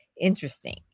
interesting